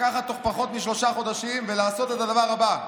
לקחת תוך פחות משלושה חודשים ולעשות את הדבר הבא,